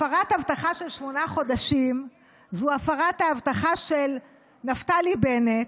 הפרת הבטחה של שמונה חודשים זו הפרת ההבטחה של נפתלי בנט,